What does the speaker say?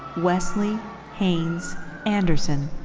wesley haines anderson.